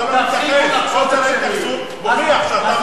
חוסר ההתייחסות מוכיח שאתה מסתיר.